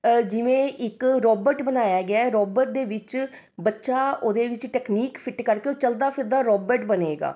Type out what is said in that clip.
ਜਿਵੇਂ ਇੱਕ ਰੋਬਟ ਬਣਾਇਆ ਗਿਆ ਰੋਬਟ ਦੇ ਵਿੱਚ ਬੱਚਾ ਉਹਦੇ ਵਿੱਚ ਟੈੱਕਨੀਕ ਫਿੱਟ ਕਰਕੇ ਉਹ ਚਲਦਾ ਫਿਰਦਾ ਰੋਬਟ ਬਣੇਗਾ